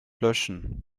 löschen